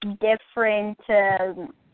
different